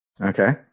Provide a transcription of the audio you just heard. Okay